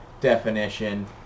Definition